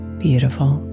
beautiful